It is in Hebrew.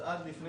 אז עד לפני